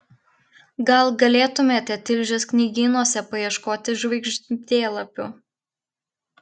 gal galėtumėte tilžės knygynuose paieškoti žvaigždėlapių